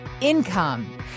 income